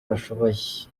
bashoboye